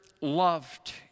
loved